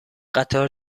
قطار